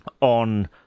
on